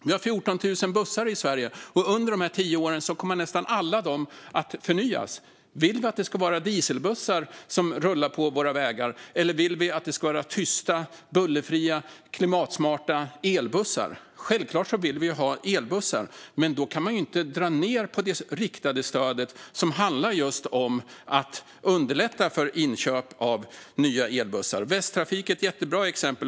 Vi har 14 000 bussar i Sverige, och under de här tio åren kommer nästan alla dessa att förnyas. Vill vi att det ska vara dieselbussar som rullar på våra vägar, eller vill vi att det ska vara tysta, bullerfria och klimatsmarta elbussar? Självklart vill vi ha elbussar. Då kan man dock inte dra ned på det riktade stödet, som handlar just om att underlätta för inköp av nya elbussar. Västtrafik är ett jättebra exempel.